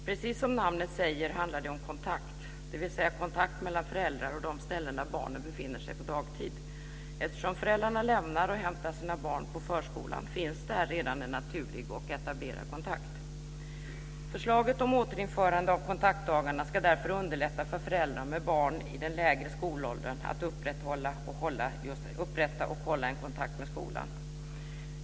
Precis som namnet säger handlar det om kontakt, dvs. kontakt mellan föräldrar och de ställen där barnen befinner sig på dagtid. Eftersom föräldrarna lämnar och hämtar sina barn på förskolan finns där redan en naturlig och etablerad kontakt. Förslaget om återinförande av kontaktdagarna ska därför underlätta för föräldrar med barn i den lägre skolåldern att upprätta och hålla en kontakt med skolan.